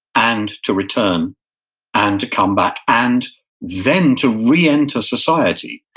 and to return and to come back, and then to reenter society.